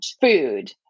food